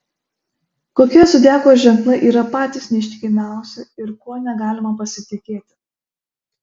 kokie zodiako ženklai yra patys neištikimiausi ir kuo negalima pasitikėti